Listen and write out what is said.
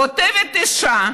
כותבת אישה,